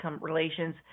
relations